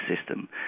system